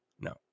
No